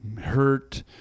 hurt